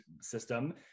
system